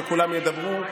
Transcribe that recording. שכולם ידברו.